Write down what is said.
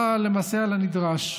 למעשה על הנדרש,